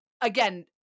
again